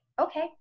Okay